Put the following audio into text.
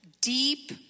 Deep